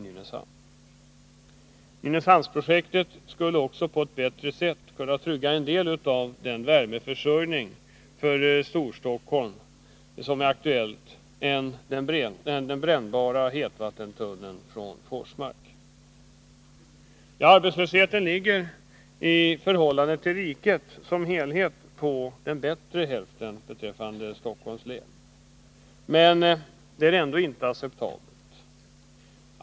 Nynäshamnsprojektet skulle också på ett bättre sätt kunna trygga en del av den värmeförsörjning för Storstockholm som är aktuell än den ”brännbara” hetvattentunneln från Forsmark kan göra. Arbetslösheten i länet ligger i förhållande till riket som helhet på den bättre halvan, men detta är ändå inte acceptabelt.